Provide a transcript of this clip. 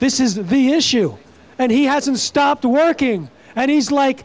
this is the issue and he hasn't stopped working and he's like